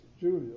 Julia